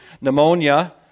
pneumonia